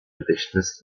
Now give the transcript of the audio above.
gedächtnis